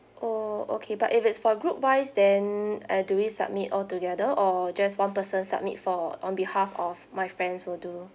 oh okay but if it's for group wise then uh do we submit all together or just one person submit for on behalf of my friends will do